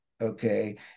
okay